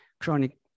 chronic